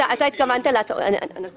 האם